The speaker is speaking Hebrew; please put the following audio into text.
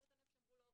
בריאות הנפש אמרו לו,